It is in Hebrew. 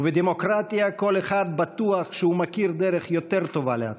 ובדמוקרטיה כל אחד בטוח שהוא מכיר דרך יותר טובה להצלחה.